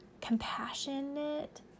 compassionate